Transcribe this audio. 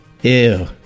Ew